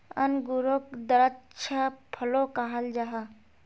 अन्गूरोक द्राक्षा फलो कहाल जाहा